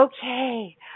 Okay